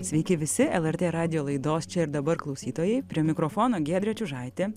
sveiki visi lrt radijo laidos čia ir dabar klausytojai prie mikrofono giedrė čiužaitė